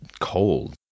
cold